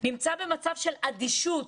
נמצא במצב של אדישות